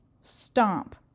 stomp